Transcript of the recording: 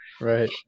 right